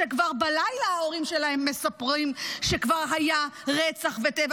שכבר בלילה ההורים שלהן מספרים שכבר היו רצח וטבח,